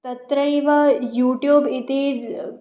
तत्रैव युट्युब् इति ज्